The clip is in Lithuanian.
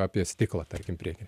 apie stiklą tarkim prieky